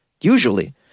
Usually